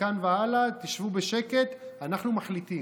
מכאן והלאה, תשבו בשקט, אנחנו מחליטים.